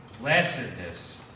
blessedness